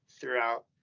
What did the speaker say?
throughout